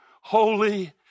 Holy